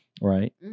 Right